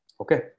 Okay